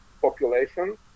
population